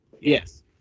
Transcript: Yes